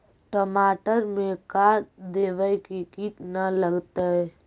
टमाटर में का देबै कि किट न लगतै?